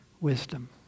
Wisdom